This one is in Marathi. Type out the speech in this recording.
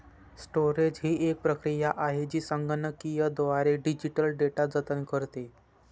स्टोरेज ही एक प्रक्रिया आहे जी संगणकीयद्वारे डिजिटल डेटा जतन करते